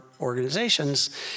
organizations